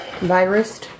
virus